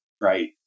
right